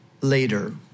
later